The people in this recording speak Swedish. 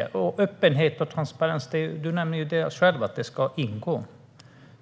själv att öppenhet och transparens ska ingå.